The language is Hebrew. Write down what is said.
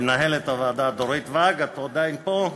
למנהלת הוועדה דורית ואג, את עדיין פה?